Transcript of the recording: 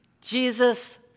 Jesus